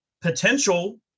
potential